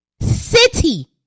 city